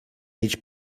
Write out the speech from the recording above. mieć